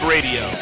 Radio